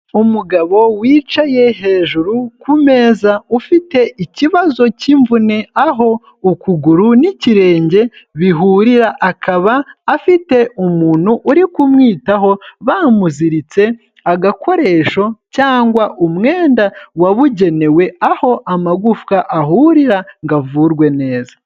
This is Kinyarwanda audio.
Umugabo, wicaye hejuru ku meza, ufite ikibazo cy'imvune, aho ukuguru n'ikirenge, bihurira, akaba afite umuntu uri kumwitaho, bamuziritse, agakoresho cyangwa umwenda wabugenewe, aho amagufwa ahurira, ngo avurwe neza.